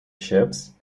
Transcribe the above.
ships